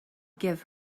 give